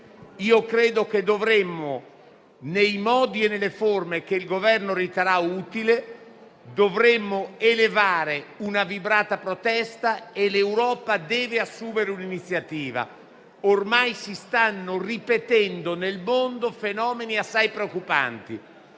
Credo che dovremmo, nei modi e nelle forme che il Governo riterrà utili, elevare una vibrata protesta e che l'Europa debba assumere un'iniziativa. Ormai si stanno ripetendo nel mondo fenomeni assai preoccupanti.